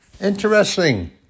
Interesting